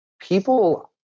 people